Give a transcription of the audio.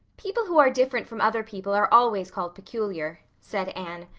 people who are different from other people are always called peculiar, said anne.